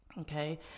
Okay